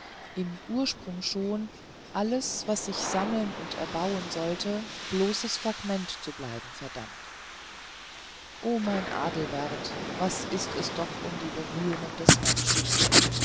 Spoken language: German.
im ursprunge schon alles was ich sammeln und erbauen sollte bloßes fragment zu bleiben verdammt o mein adelbert was ist es doch um die bemühungen der menschen